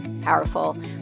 powerful